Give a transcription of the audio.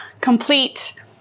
complete